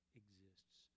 exists